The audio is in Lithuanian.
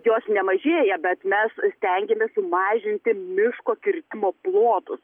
jos nemažėja bet mes stengiamės mažinti miško kirtimo plotus